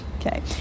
Okay